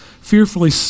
fearfully